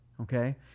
Okay